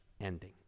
ending